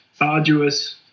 arduous